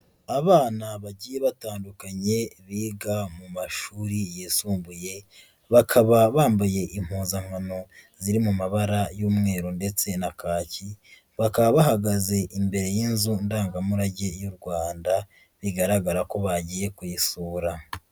Abana bagiye batandukanye biga mu mashuri yisumbuye, bakaba bambaye impuzankano ziri mu mabara y'umweru ndetse na kaki, bakaba bahagaze imbere y'Inzu Ndangamurage y'u Rwanda bigaragara ko bagiye kuyisura.